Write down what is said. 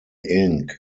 ink